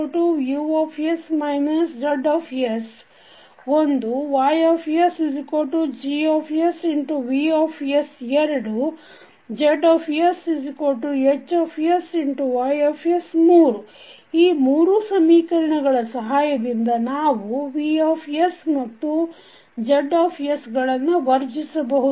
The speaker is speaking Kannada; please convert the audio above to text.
VsUs Zs YsGsVs ZsHsY ಈ ಮೂರು ಸಮೀಕರಣಗಳ ಸಹಾಯದಿಂದ ನಾವುV ಮತ್ತು Z ಗಳನ್ನು ವರ್ಜಿಸಬಹುದು